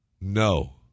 No